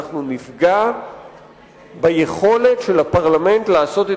אנחנו נפגע ביכולת של הפרלמנט לעשות את